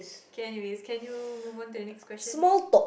okay anyway can you move on to the next question